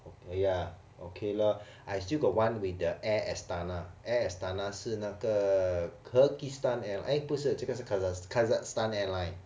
ya okay lor I still got one with the air astana air astana 是那个 kyrgyzstan air~ eh 不是这个是 kazakh~ kazakhstan airline